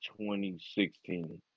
2016